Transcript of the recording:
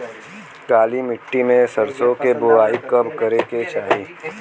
काली मिट्टी में सरसों के बुआई कब करे के चाही?